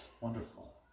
wonderful